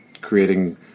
creating